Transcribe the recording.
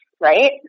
right